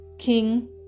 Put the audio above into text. King